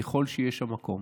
ככל שיש מקום